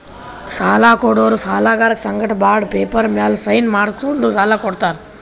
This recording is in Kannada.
ಸಾಲ ಕೊಡೋರು ಸಾಲ್ಗರರ್ ಸಂಗಟ ಬಾಂಡ್ ಪೇಪರ್ ಮ್ಯಾಲ್ ಸೈನ್ ಮಾಡ್ಸ್ಕೊಂಡು ಸಾಲ ಕೊಡ್ತಾರ್